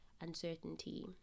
uncertainty